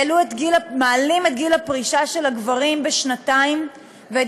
מעלים את גיל הפרישה של הגברים בשנתיים ואת